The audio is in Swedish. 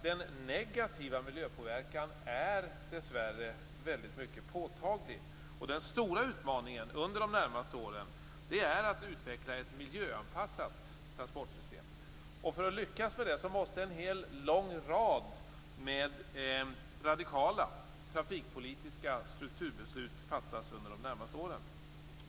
Den negativa miljöpåverkan är dessvärre mycket påtaglig, och den stora utmaningen under de närmaste åren är att utveckla ett miljöanpassat transportsystem. För att lyckas med det måste en lång rad radikala trafikpolitiska strukturbeslut fattas under de närmaste åren.